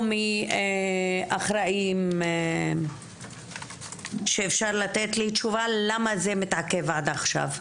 או אחראי שאפשר לתת לי תשובה למה זה מתעכב עד עכשיו.